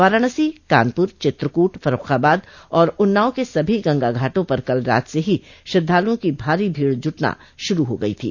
वाराणसी कानपुर चित्रकूट फर्रूखाबाद और उन्नाव के सभी गंगा घाटों पर कल रात से ही श्रद्धालुओं की भारी भीड़ जुटना शुरू हो गयी थी